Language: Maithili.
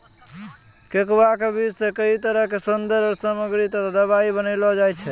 कोकोआ के बीज सॅ कई तरह के सौन्दर्य सामग्री तथा दवाई भी बनैलो जाय छै